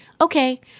okay